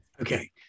Okay